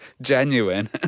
genuine